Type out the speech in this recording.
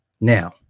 now